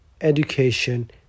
education